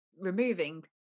removing